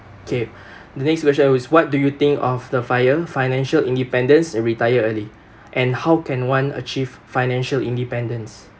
K the next question is what do you think of the fire financial independence and retire early and how can one achieve financial independence